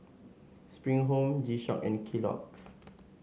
Spring Home G Shock and Kellogg's